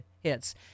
hits